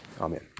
Amen